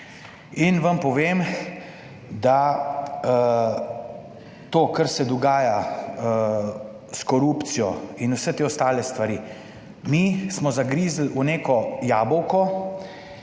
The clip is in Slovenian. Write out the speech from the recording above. in vam povem, da to kar se dogaja s korupcijo in vse te ostale stvari, mi smo zagrizli v neko jabolko,